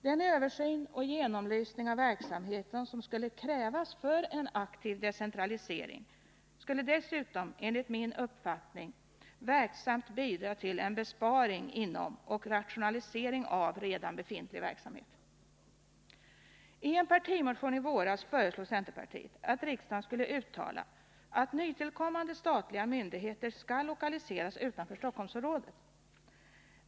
Den översyn och genomlysning av verksamheten som skulle krävas för en aktiv decentralisering skulle dessutom enligt min uppfattning verksamt bidra till en besparing inom och rationalisering av redan befintlig verksamhet. I en partimotion i våras föreslog centerpartiet att riksdagen skulle uttala att nytillkommande statliga myndigheter skall lokaliseras utanför Stockholmsområdet.